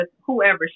whoever